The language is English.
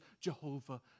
Jehovah